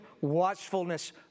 watchfulness